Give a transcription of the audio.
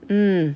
mm